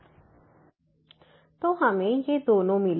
fy00f0y f00y 0 तो हमें ये दोनों मिले